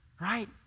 right